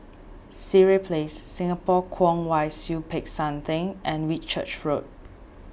Sireh Place Singapore Kwong Wai Siew Peck San theng and Whitchurch Road